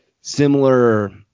similar